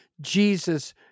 Jesus